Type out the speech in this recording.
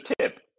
tip